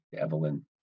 Evelyn